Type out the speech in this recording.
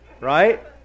right